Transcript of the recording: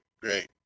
great